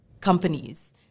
companies